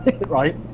right